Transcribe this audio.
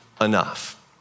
enough